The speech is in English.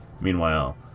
meanwhile